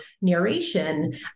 narration